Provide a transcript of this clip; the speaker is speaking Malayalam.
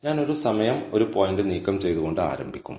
ഞാൻ ഒരു സമയം ഒരു പോയിന്റ് നീക്കം ചെയ്തുകൊണ്ട് ആരംഭിക്കും